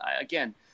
again